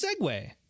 segue